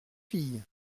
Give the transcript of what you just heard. filles